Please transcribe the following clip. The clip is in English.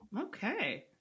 okay